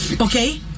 Okay